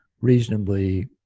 reasonably